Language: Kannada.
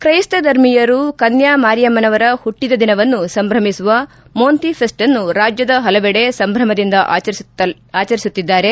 ತ್ರೈಸ್ತ ಧರ್ಮೀಯರು ಕನ್ನಾ ಮಾರಿಯಮ್ನವರ ಪುಟ್ಟಿದ ದಿನವನ್ನು ಸಂಭ್ರಮಿಸುವ ಮೊಂತಿ ಫೆಸ್ಟ್ನ್ನು ರಾಜ್ಯದ ಪಲವೆಡೆ ಸಂಭ್ರಮದಿಂದ ಆಚರಿಸುತ್ತಿದ್ದಾರೆ